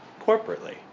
corporately